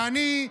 ואני,